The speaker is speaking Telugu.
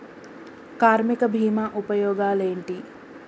కార్మిక బీమా ఉపయోగాలేంటి?